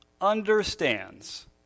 understands